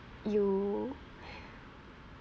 you